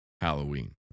Halloween